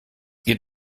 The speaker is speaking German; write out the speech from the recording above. geht